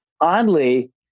oddly